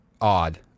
odd